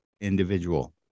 individual